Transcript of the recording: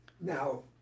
Now